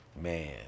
man